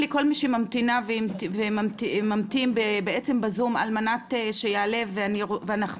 כל מי שממתינה והמתין בעצם בזום על מנת שיעלה ואנחנו,